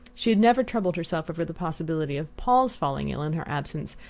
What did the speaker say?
she had never troubled herself over the possibility of paul's falling ill in her absence,